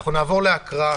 נעבור להקראה.